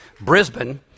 Brisbane